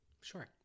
Sure